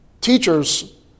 Teachers